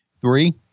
Three